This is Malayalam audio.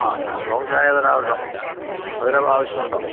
അ സ്ട്രോങ് ചായ തരാമല്ലോ മധുരം ആവശ്യമുണ്ടോ